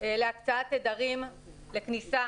להקצאת תדרים לכניסה